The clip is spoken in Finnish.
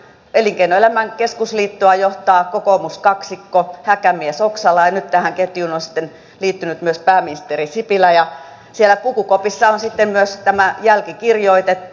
elinkeinoelämän keskusliittoa johtaa kokoomuskaksikko häkämiesoksala ja nyt tähän ketjuun on sitten liittynyt myös pääministeri sipilä ja siellä pukukopissa on sitten myös tämä jälki kirjoitettu